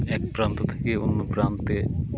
এক প্রান্ত থেকে অন্য প্রান্তে